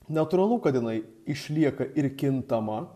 natūralu kad jinai išlieka ir kintama